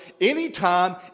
anytime